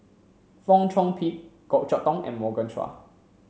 Fong Chong Pik Goh Chok Tong and Morgan Chua